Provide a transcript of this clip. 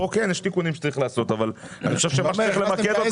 כאן יש תיקונים שצריך לעשות אבל מה שצריך למקד,